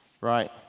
Right